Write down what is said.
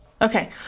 okay